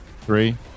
three